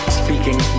speaking